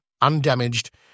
undamaged